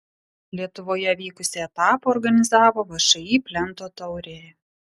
lietuvoje vykusį etapą organizavo všį plento taurė